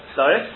Sorry